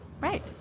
Right